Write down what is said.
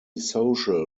social